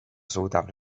suudab